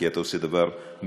כי אתה עושה דבר מצוין.